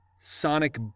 sonic